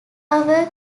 our